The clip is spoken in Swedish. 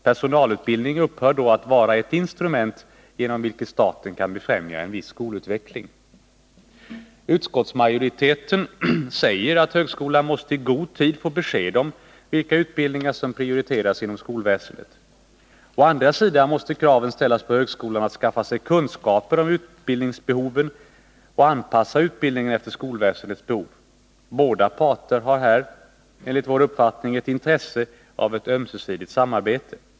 Personalutbildning upphör då att vara ett instrument, genom vilket staten kan befrämja en viss skolutveckling. Utskottsmajoriteten säger att högskolan måste i god tid få besked om vilka utbildningar som prioriteras inom skolväsendet. Å andra sidan måste krav ställas på att man inom högskolan skaffar sig kunskaper om utbildningsbehoven och att man anpassar utbildningen efter skolväsendets behov. Båda parter har här enligt vår uppfattning ett intresse av ett ömsesidigt samarbete.